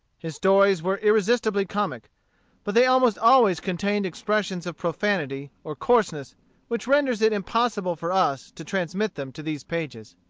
his stories were irresistibly comic but they almost always contained expressions of profanity or coarseness which renders it impossible for us to transmit them to these pages.